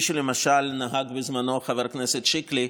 כפי שלמשל נהג בזמנו חבר הכנסת שיקלי,